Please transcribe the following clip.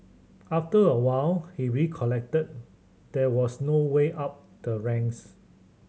after a while he recollected there was no way up the ranks